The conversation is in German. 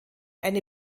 eine